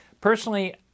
Personally